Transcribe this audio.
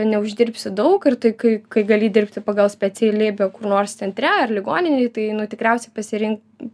neuždirbsi daug ir tai kai kai gali dirbti pagal specialybę kur nors centre ar ligoninėj tai nu tikriausiai pasirink